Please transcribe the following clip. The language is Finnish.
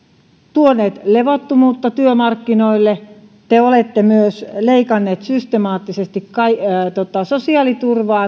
tuoneet levottomuutta työmarkkinoille te olette myös leikanneet systemaattisesti sosiaaliturvaa